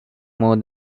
more